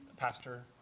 pastor